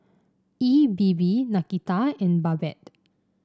E B B Nakita and Babette